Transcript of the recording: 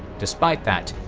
despite that,